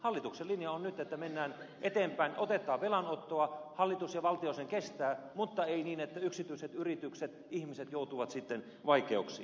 hallituksen linja on nyt että mennään eteenpäin otetaan velkaa hallitus ja valtio sen kestää mutta ei niin että yksityiset yritykset ja ihmiset joutuvat sitten vaikeuksiin